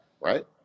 Right